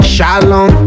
Shalom